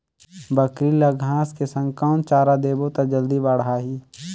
बकरी ल घांस के संग कौन चारा देबो त जल्दी बढाही?